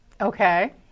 Okay